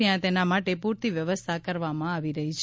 ત્યાં તેના માટે પૂરતી વ્યવસ્થા કરવામાં આવી રહી છે